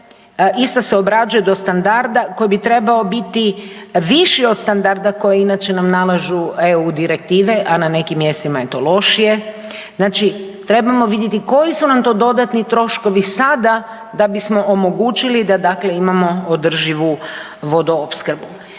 isto se obrađuje do standarda koji bi trebao biti viši od standarda koji inače nam nalažu eu direktive, a na nekim mjestima je to lošije, znači trebamo vidjeti koji su nam to dodatni troškovi sada da bismo omogućili da imamo održivu vodoopskrbu.